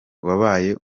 wabaye